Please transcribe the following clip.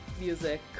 music